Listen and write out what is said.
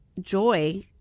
joy